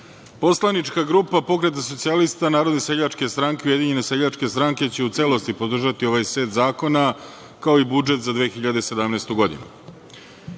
poslanička grupa Pokreta socijalista, Narodne seljačke stranke i Ujedinjene seljačke stranke će u celosti podržati ovaj set zakona, kao i budžet za 2017. godinu. Razlozi